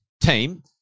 team